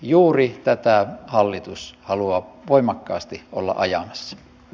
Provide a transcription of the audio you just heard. juuri tätä hallitus haluaa voimakkaasti olla ajamassa